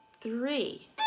three